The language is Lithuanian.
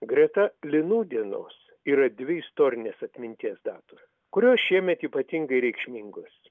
greta linų dienos yra dvi istorinės atminties datos kurios šiemet ypatingai reikšmingos